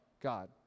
god